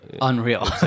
unreal